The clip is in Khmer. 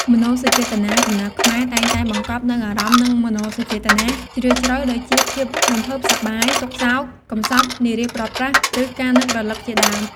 មនោសញ្ចេតនា កំណាព្យខ្មែរតែងតែបង្កប់នូវអារម្មណ៍ និងមនោសញ្ចេតនាជ្រាលជ្រៅ ដូចជា ភាពរំភើបសប្បាយ ទុក្ខសោក កម្សត់ និរាសព្រាត់ប្រាស ឬការនឹករលឹកជាដើម។